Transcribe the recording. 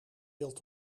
wilt